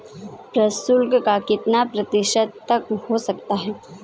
प्रशुल्क कर कितना प्रतिशत तक हो सकता है?